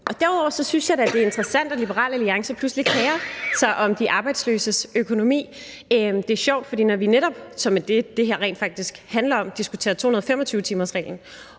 Derudover synes jeg da, det er interessant, at Liberal Alliance pludselig kerer sig om de arbejdsløses økonomi. Det er sjovt, for når vi netop, som er det, det her rent faktisk handler om, diskuterer 225-timersreglen